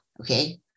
Okay